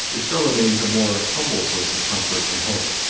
there still remains a more humble source of comfort and hope.